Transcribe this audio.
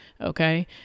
okay